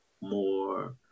more